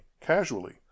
casually